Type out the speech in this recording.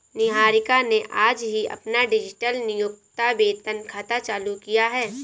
निहारिका ने आज ही अपना डिजिटल नियोक्ता वेतन खाता चालू किया है